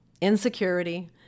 insecurity